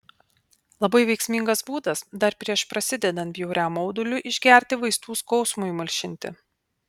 labai veiksmingas būdas dar prieš prasidedant bjauriam mauduliui išgerti vaistų skausmui malšinti